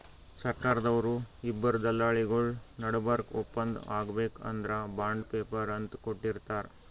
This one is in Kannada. ಸರ್ಕಾರ್ದವ್ರು ಇಬ್ಬರ್ ದಲ್ಲಾಳಿಗೊಳ್ ನಡಬರ್ಕ್ ಒಪ್ಪಂದ್ ಆಗ್ಬೇಕ್ ಅಂದ್ರ ಬಾಂಡ್ ಪೇಪರ್ ಅಂತ್ ಕೊಟ್ಟಿರ್ತಾರ್